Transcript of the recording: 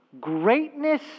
greatness